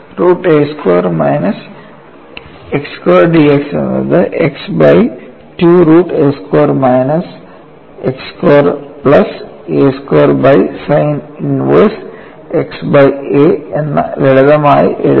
root a square minus x square dx എന്നത് x by 2 root a square minus x square plus a square by sine inverse x by a എന്ന ലളിതമായ എഴുതാം